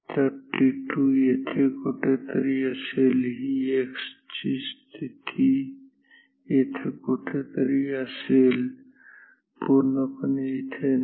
तर t2 येथे कुठेतरी असेल तर x ची स्थिती येथे कुठेतरी असेल पुर्णपणे इथे नाही